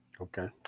Okay